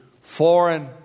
foreign